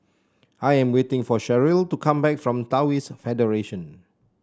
I am waiting for Cheryll to come back from Taoist Federation